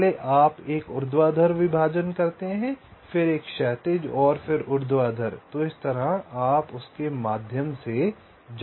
पहले आप एक ऊर्ध्वाधर विभाजन करते हैं फिर एक क्षैतिज और फिर ऊर्ध्वाधर और इस तरह आप इसके माध्यम से जाते हैं